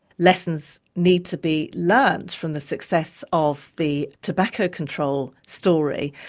lessons need to be learned from the success of the tobacco control story,